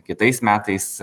kitais metais